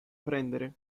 prendere